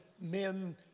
men